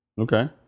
okay